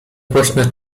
głośno